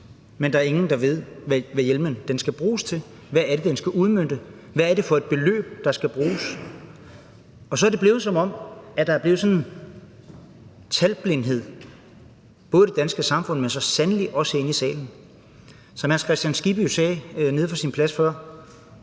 er ingen, der ved, hvad hjemmelen skal bruges til. Hvad er det, den skal udmønte? Hvad er det for et beløb, der skal bruges? Så er det blevet, som om der er kommet sådan en talblindhed, både i det danske samfund, men så sandelig også herinde i salen. Som hr. Hans Kristian Skibby sagde nede fra sin plads før: